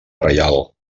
reial